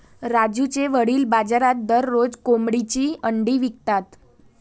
राजूचे वडील बाजारात दररोज कोंबडीची अंडी विकतात